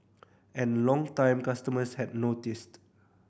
and longtime customers had noticed